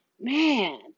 man